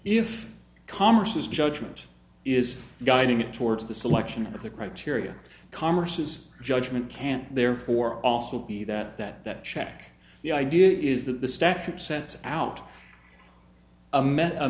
if commerces judgment is guiding it towards the selection of the criteria commerces judgment can't therefore also be that that that check the idea is that the statute sets out a